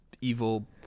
evil